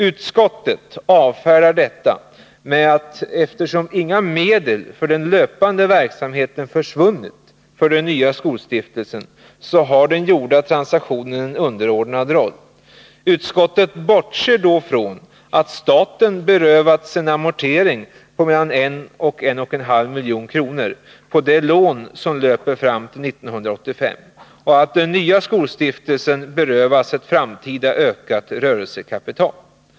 Utskottet avfärdar detta med att eftersom inga medel för den löpande verksamheten försvunnit för den nya skolstiftelsen, har den gjorda transaktionen en underordnad roll. Utskottet bortser då ifrån att staten berövas en amortering på mellan 1 och 1 1/2 milj.kr. på det lån som löper fram till 1985 och att den nya skolstiftelsen berövas en framtida ökning av rörelsekapitalet.